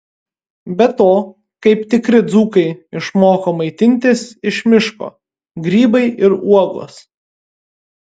be to kaip tikri dzūkai išmoko maitintis iš miško grybai ir uogos